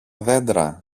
δέντρα